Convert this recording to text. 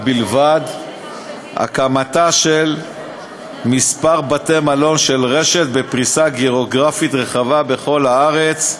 בלבד הקמתם של כמה בתי-מלון של רשת בפריסה גיאוגרפית רחבה בכל הארץ.